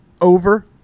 over